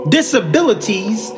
Disabilities